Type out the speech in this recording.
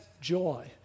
joy